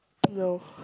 no